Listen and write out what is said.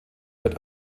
wird